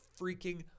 freaking